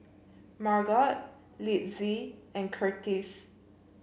Margot Litzy and Curtiss